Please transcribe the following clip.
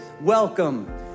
Welcome